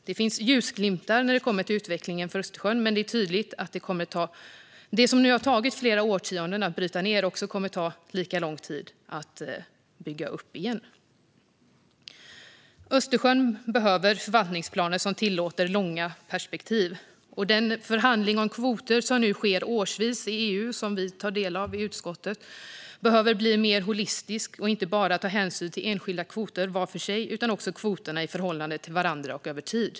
Det finns ljusglimtar när det kommer till utvecklingen för Östersjön, men det är tydligt att det som har tagit flera årtionden att bryta ned kommer att ta lika lång tid att bygga upp igen. Östersjön behöver förvaltningsplaner som tillåter långa perspektiv. Den förhandling om kvoter som nu sker årsvis i EU, som vi tar del av i utskottet, behöver bli mer holistisk och ta hänsyn inte bara till enskilda kvoter var för sig utan också till kvoterna i förhållande till varandra och över tid.